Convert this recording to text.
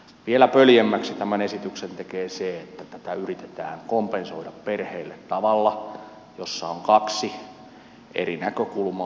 vielä pöljemmäksi tämän esityksen tekee se että tätä yritetään kompensoida perheille tavalla jossa on kaksi eri näkökulmaa